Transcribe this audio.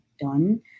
done